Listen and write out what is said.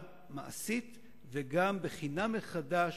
בתים, גירוש.